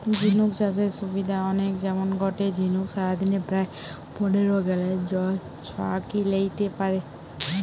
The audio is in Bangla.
ঝিনুক চাষের সুবিধা অনেক যেমন গটে ঝিনুক সারাদিনে প্রায় পনের গ্যালন জল ছহাকি লেইতে পারে